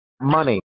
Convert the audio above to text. money